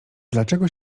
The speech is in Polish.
dlaczego